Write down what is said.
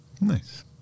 Nice